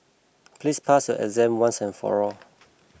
please pass your exam once and for all